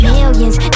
Millions